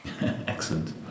Excellent